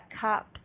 cup